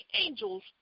angels